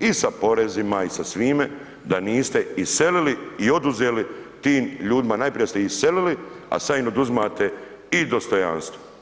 i sa porezima i sa svime da niste iselili i oduzeli tim ljudima, najprije ste ih iselili a sada im oduzimate i dostojanstvo.